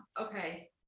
Okay